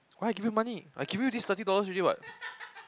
why I give you money I give you this thirty dollars already [what]